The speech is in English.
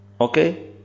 Okay